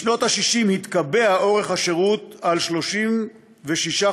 בשנות ה-60 התקבע אורך השירות על 36 חודשים,